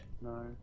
No